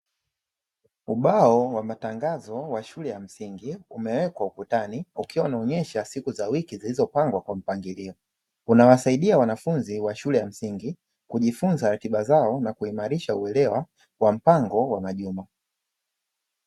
Ubao wa matangazo wa shule ya msingi umewekwa ukutani, ukiwa unaonyesha siku za wiki zilizopangwa kwa mpangilio. Unawasaidia wanafunzi wa shule ya msingi, kujifunza ratiba zao na kuimarisha uelewa wa mpango wa majuma.